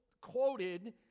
quoted